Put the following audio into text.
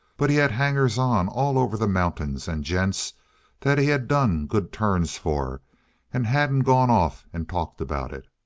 but he had hangers-on all over the mountains and gents that he had done good turns for and hadn't gone off and talked about it.